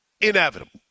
inevitable